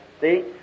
See